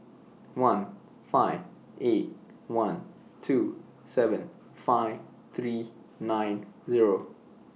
one five eight one two seven five three nine Zero